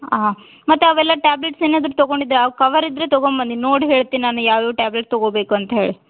ಹಾಂ ಮತ್ತು ಅವೆಲ್ಲ ಟ್ಯಾಬ್ಲೆಟ್ಸ್ ಏನಾದರೂ ತೊಗೊಂಡಿದ್ದರೆ ಅವು ಕವರಿದ್ದರೆ ತಗೋಬನ್ನಿ ನೋಡಿ ಹೇಳ್ತೀನಿ ನಾನು ಯಾವ್ಯಾವ ಟ್ಯಾಬ್ಲೆಟ್ ತಗೋಬೇಕು ಅಂತ್ಹೇಳಿ